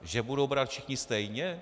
Že budou brát všichni stejně?